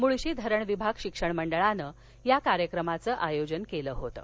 मुळशी धरण विभाग शिक्षण मंडळानं या कार्यक्रमाचं आयोजन केलं होतं